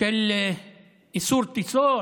של איסור טיסות,